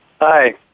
Hi